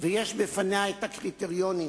ויש לפניה הקריטריונים